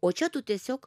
o čia tu tiesiog